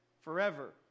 forever